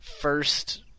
first